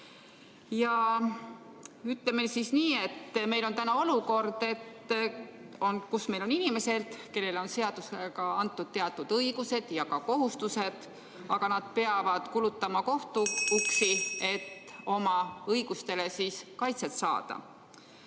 Ütleme siis nii, et meil on täna olukord, kus meil on inimesed, kellele on seadusega antud teatud õigused ja kohustused, aga nad peavad kulutama kohtuuksi, et oma õigustele kaitset saada.